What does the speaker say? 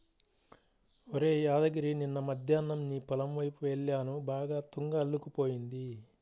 ఒరేయ్ యాదగిరి నిన్న మద్దేన్నం నీ పొలం వైపు యెల్లాను బాగా తుంగ అల్లుకుపోయింది